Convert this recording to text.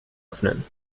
öffnen